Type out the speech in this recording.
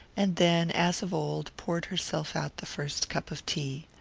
and then, as of old, poured herself out the first cup of tea.